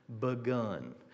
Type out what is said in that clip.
begun